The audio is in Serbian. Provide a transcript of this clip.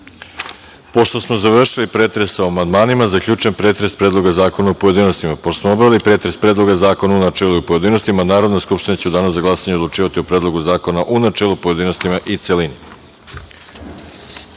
Pošto smo završili pretres o amandmanima, zaključujem pretres Predloga zakona u pojedinostima. Pošto smo obavili pretres Predloga zakona u načelu i u pojedinostima, Narodna skupština će u danu za glasanje odlučivati o Predlogu zakona u načelu, pojedinostima i celini. Primili